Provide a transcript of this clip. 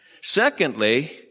secondly